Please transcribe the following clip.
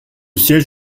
siège